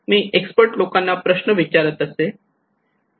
मी expert लोकांना प्रश्न विचारत असे